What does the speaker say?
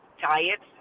diets